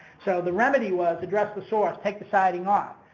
so, the remedy was address the source, take the siding off.